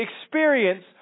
experience